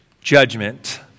judgment